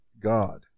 God